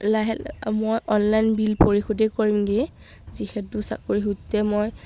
লাহে মই online bill পৰিশোধেই কৰিমগৈ যিহেতু চাকৰি সূত্ৰে মই